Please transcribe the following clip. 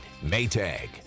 Maytag